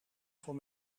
voor